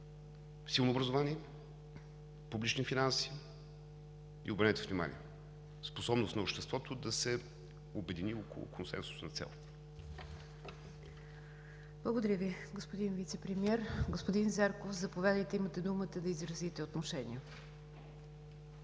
силно образование, публични финанси и, обърнете внимание, способност на обществото да се обедини около консенсусна цел. ПРЕДСЕДАТЕЛ НИГЯР ДЖАФЕР: Благодаря Ви, господин Вицепремиер. Господин Зарков, заповядайте – имате думата да изразите отношение.